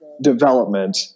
development